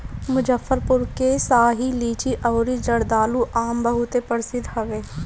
मुजफ्फरपुर के शाही लीची अउरी जर्दालू आम बहुते प्रसिद्ध हवे